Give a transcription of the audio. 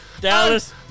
Dallas